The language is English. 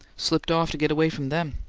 slipped off to get away from them.